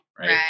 right